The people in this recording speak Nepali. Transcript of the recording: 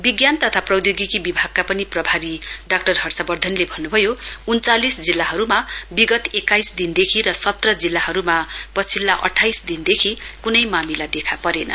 विज्ञान तथा प्रौधोगिकी विभागका पनि प्रभारी डाक्टर हर्षवर्धनले भन्नुभयो उन्चालिस जिल्लाहरुमा विगत एक्काइस दिनदेखि र सत्र जिल्लाहरुमा पछिल्ला अठाइस दिनदेखि कुनै मामिला देखा परेन